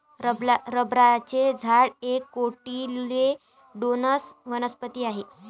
रबराचे झाड एक कोटिलेडोनस वनस्पती आहे